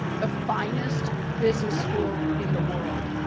the finest business school in the world.